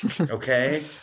Okay